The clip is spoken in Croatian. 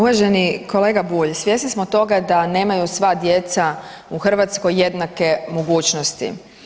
Uvaženi kolega Bulj svjesni smo toga da nemaju sva djeca u Hrvatskoj jednake mogućnosti.